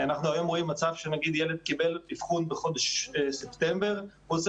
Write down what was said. אנחנו רואים מצב שילד מקבל אבחון בחודש ספטמבר וצריך